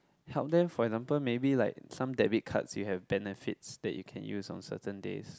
help them for example maybe like some debit cards you have benefits that you can use on certain days